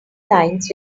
lines